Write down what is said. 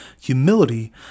Humility